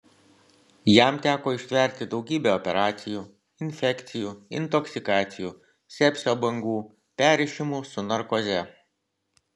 jam teko ištverti daugybę operacijų infekcijų intoksikacijų sepsio bangų perrišimų su narkoze